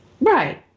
Right